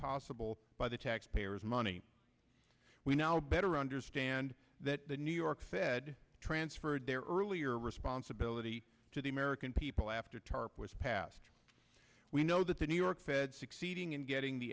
possible by the taxpayers money we now better understand that the new york fed transferred their earlier responsibility to the american people after tarp was passed we know that the new york fed succeeding in getting the